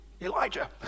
Elijah